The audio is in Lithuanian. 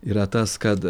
yra tas kad